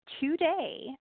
today